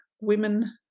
women